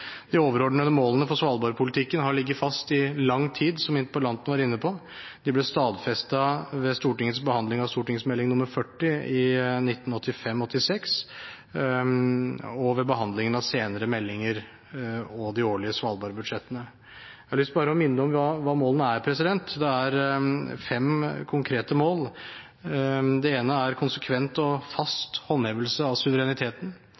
De overordnede målene for svalbardpolitikken har ligget fast i lang tid, som interpellanten var inne på. De ble stadfestet ved Stortingets behandling av St. meld. nr. 40 for 1985–86 og ved behandlingen av senere meldinger og de årlige svalbardbudsjettene. Jeg har lyst til bare å minne om hva målene er. Det er fem konkrete mål: konsekvent og fast håndhevelse av suvereniteten